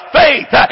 faith